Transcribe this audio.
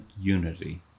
unity